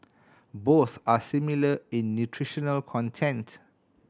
both are similar in nutritional content